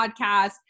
podcast